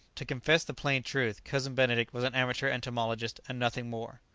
to confess the plain truth, cousin benedict was an amateur entomologist, and nothing more.